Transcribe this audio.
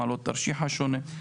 מעלות תרשיחא שונה,